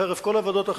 חרף כל הוועדות האחרות,